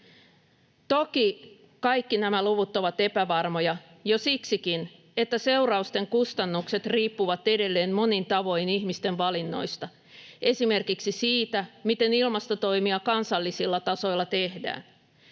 Toki kaikki nämä luvut ovat epävarmoja jo siksikin, että seurausten kustannukset riippuvat edelleen monin tavoin ihmisten valinnoista, esimerkiksi siitä, miten ilmastotoimia kansallisilla tasoilla tehdään.